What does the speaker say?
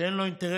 שאין לו אינטרס